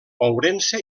ourense